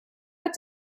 what